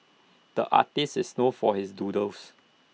the artist is known for his doodles